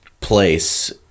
place